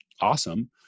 awesome